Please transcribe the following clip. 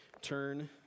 turn